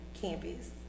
campus